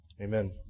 amen